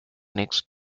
next